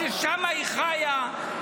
שם היא חיה,